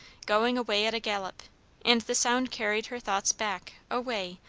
going away at a gallop and the sound carried her thoughts back, away,